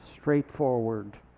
straightforward